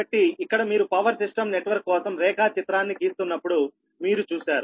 కాబట్టి ఇక్కడ మీరు పవర్ సిస్టమ్ నెట్వర్క్ కోసం రేఖాచిత్రాన్ని గీస్తున్నప్పుడు మీరు చూశారు